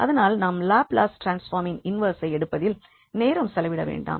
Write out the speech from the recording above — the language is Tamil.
அதனால் நாம் லாப்லஸ் ட்ரான்ஸ்பார்மின் இன்வெர்ஸை எடுப்பதில் நேரம் செலவிட வேண்டாம்